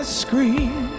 scream